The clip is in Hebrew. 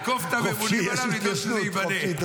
לעקוף את הממונים עליו, לדאוג שזה ייבנה.